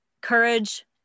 courage